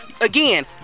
Again